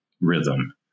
rhythm